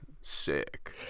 Sick